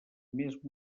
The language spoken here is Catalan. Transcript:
més